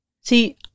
See